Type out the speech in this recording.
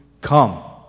come